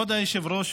כבוד היושב-ראש,